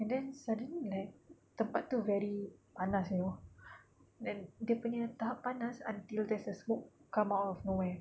and then suddenly like tempat tu very panas you know then dia punya tahap panas until there's a smoke come out of nowhere